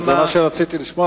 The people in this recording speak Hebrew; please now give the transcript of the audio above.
זה מה שרציתי לשמוע,